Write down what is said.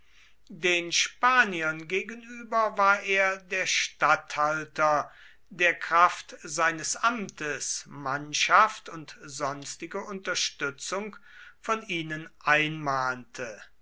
den spaniern gegenüber war er der statthalter der kraft seines amtes mannschaft und sonstige unterstützung von ihnen einmahnte